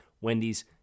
Wendy's